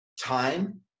time